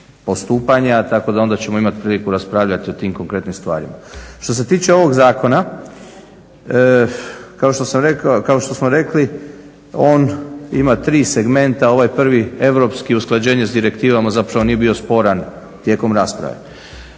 postupanja tako da onda ćemo imati priliku raspravljati o tim konkretnim stvarima. Što se tiče ovog zakona kao što smo rekli on ima tri segmenta, ovaj prvi europski usklađenje s direktivama zapravo nije bio sporan tijekom rasprave.